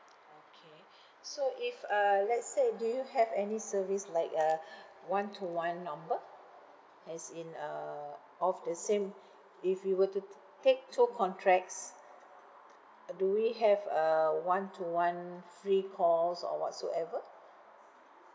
okay so if uh let's say do you have any service like a one to one number as in uh of the same if we were to t~ take two contracts uh do we have a one to one free calls or whatsoever